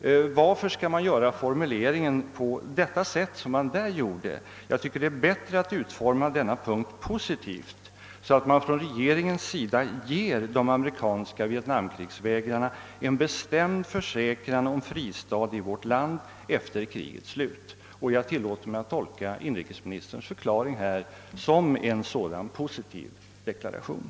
Varför skall man ha en sådan formulering? Jag tycker att det är bättre att göra formuleringen positiv, så att man ger de amerikanska vietnamkrigsvägrarna en bestämd försäkran om fristad i vårt land när kriget är slut; Jag tillåter mig att tolka inrikesministerns förklaring som en sådan positiv deklaration.